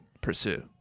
pursue